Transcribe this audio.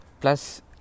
plus